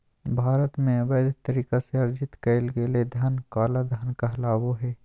भारत में, अवैध तरीका से अर्जित कइल गेलय धन काला धन कहलाबो हइ